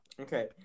Okay